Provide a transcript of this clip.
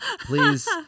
please